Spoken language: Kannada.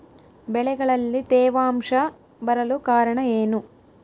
ಬೆಳೆಗಳಲ್ಲಿ ತೇವಾಂಶ ಬರಲು ಕಾರಣ ಏನು?